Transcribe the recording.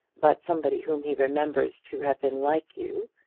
but somebody whom he remembers to have been like you.